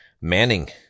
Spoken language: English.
Manning